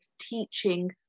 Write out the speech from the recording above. teaching